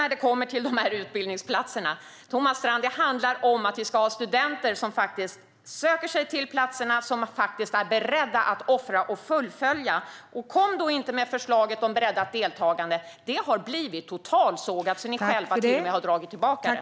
När det kommer till utbildningsplatserna, Thomas Strand, handlar det om att vi ska ha studenter som söker sig till platserna som är beredda att offra tid och fullfölja. Kom inte med förslaget om breddat deltagande! Det har blivit totalsågat, och ni har till och med själva dragit tillbaka det!